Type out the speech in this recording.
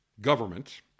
government